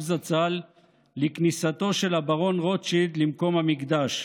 זצ"ל לכניסתו של הברון רוטשילד למקום המקדש.